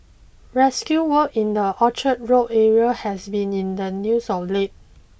rescue work in the Orchard Road area has been in the news of late